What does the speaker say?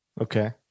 Okay